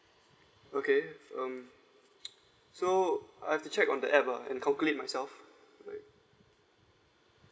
okay um so I've to check on the app lah and calculate myself